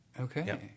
Okay